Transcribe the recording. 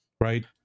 right